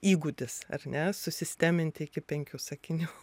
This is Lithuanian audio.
įgūdis ar ne susistemint iki penkių sakinių